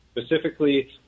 specifically